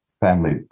family